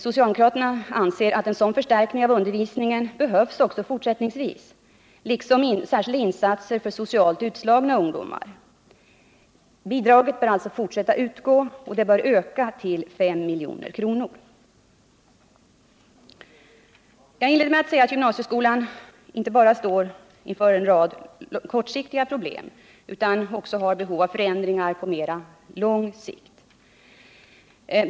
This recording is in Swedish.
Socialdemokraterna anser att sådan förstärkning av undervisningen behövs också fortsättningsvis liksom särskilda insatser för socialt utslagna ungdomar. Bidraget bör alltså fortsätta att utgå och ökas till 5 milj.kr. Jag inledde med att säga att gymnasieskolan inte bara står inför en lång rad kortsiktiga problem utan också har behov av förändringar av mer långsiktig karaktär.